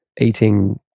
eating